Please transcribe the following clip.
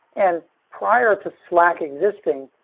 and prior to slack existing,